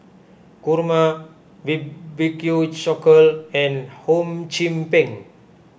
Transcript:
Kurma B B Q Cockle and Hum Chim Peng